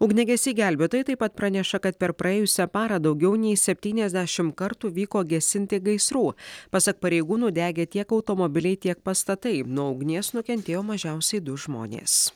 ugniagesiai gelbėtojai taip pat praneša kad per praėjusią parą daugiau nei septyniasdešimt kartų vyko gesinti gaisrų pasak pareigūnų degė tiek automobiliai tiek pastatai nuo ugnies nukentėjo mažiausiai du žmonės